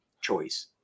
choice